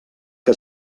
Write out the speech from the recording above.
que